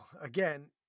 again